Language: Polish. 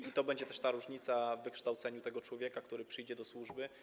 I to będzie też ta różnica w wykształceniu tego człowieka, który przyjdzie do służby.